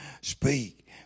speak